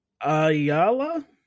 ayala